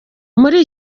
muri